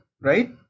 Right